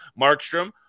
Markstrom